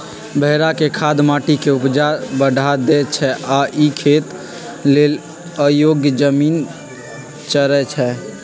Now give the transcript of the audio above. भेड़ा के खाद माटी के ऊपजा बढ़ा देइ छइ आ इ खेती लेल अयोग्य जमिन चरइछइ